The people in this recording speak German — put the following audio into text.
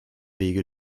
wege